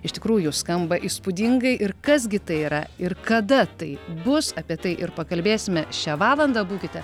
iš tikrųjų skamba įspūdingai ir kas gi tai yra ir kada tai bus apie tai ir pakalbėsime šią valandą būkite